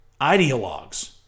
ideologues